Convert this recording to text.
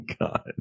God